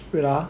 wait ah